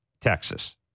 Texas